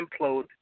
implode